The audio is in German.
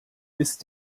ist